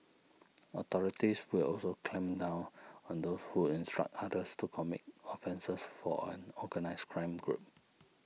authorities will also clamp down on those who instruct others to commit offences for an organised crime group